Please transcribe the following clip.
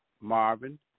Marvin